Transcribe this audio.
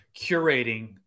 curating